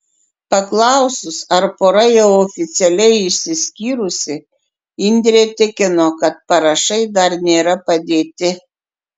paklausus ar pora jau oficialiai išsiskyrusi indrė tikino kad parašai dar nėra padėti